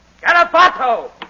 Garabato